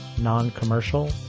non-commercial